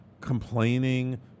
complaining